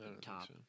top